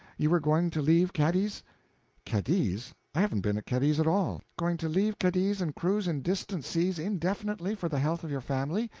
you were going to leave cadiz cadiz! i haven't been at cadiz at all! going to leave cadiz and cruise in distant seas indefinitely, for the health of your family?